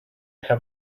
have